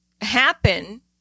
happen